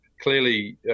clearly